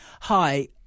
Hi